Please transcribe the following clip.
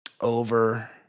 over